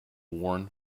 worn